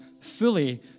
fully